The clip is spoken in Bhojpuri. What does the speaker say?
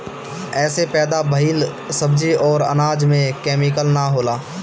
एसे पैदा भइल सब्जी अउरी अनाज में केमिकल ना होला